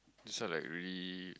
this one like really